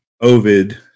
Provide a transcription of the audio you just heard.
Ovid